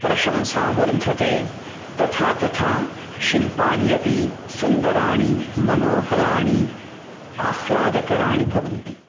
प्रशंसा वर्धते तथा तथा शिल्पानि अपि सुन्दराणि मनोहराणि आह्लादकराणि भवन्ति